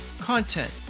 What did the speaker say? content